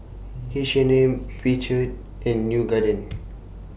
H and M Picard and New Garden